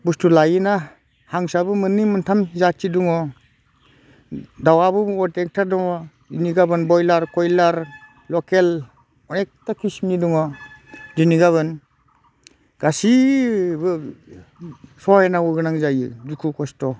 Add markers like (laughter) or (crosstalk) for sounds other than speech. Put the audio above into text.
बस्थु लायोना हांसोआबो मोननै मोनथाम जाथि दङ दाउआबो (unintelligible) दङ दिनै गाबोन ब्रइलार खयलार लकेल अनेखथा खिसोमनि दङ दिनै गाबोन गासिबो सहायनांगौ गोनां जायो दुखु खस्थ'